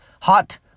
hot